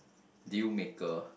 deal maker